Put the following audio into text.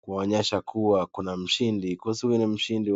kuonyesha kuwa kuna mshindi coz huyu ni mshindi